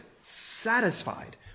satisfied